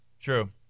True